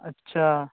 अच्छा